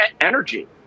energy